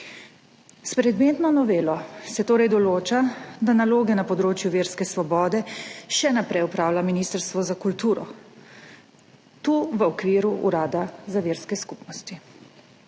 S predmetno novelo se torej določa, da naloge na področju verske svobode še naprej opravlja Ministrstvo za kulturo, v okviru Urada za verske skupnosti.